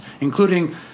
including